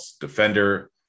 defender